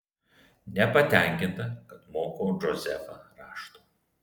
nepatenkinta kad mokau džozefą rašto